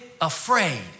afraid